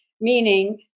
meaning